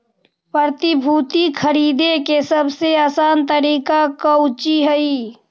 प्रतिभूति खरीदे के सबसे आसान तरीका कउची हइ